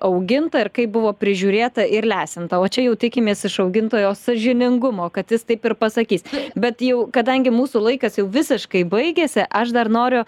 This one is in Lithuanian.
auginta ir kaip buvo prižiūrėta ir lesinta o čia jau tikimės iš augintojo sąžiningumo kad jis taip ir pasakys bet jau kadangi mūsų laikas jau visiškai baigėsi aš dar noriu